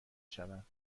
شوند